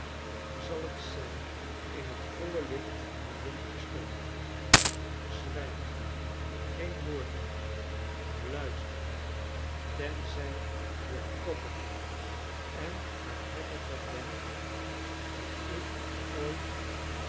zal het zijn in het voile licht waarin ik stond r zwijg geen woord meer luister tenzij je koppiger en hardnekkiger bent dan ik ooit